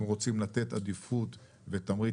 אנחנו רוצים לתת עדיפות ותמריץ,